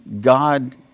God